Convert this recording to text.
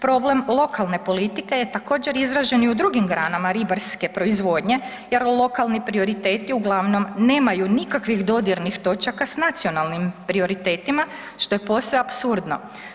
Problem lokalne politike je također izražen i u drugim granama ribarske proizvodnje jer lokalni prioriteti uglavnom nemaju nikakvih dodirnih točaka s nacionalnim prioritetima što je posve apsurdno.